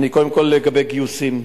קודם כול, לגבי גיוסים.